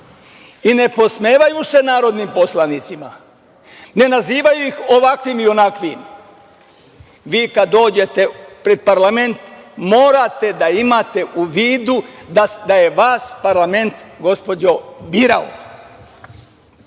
i ne podsmevaju se narodnim poslanicima, ne nazivaju ih onakvim i ovakvim. Vi kada dođete pred parlament morate imati u vidu da je vas parlament, gospođo birao. Kada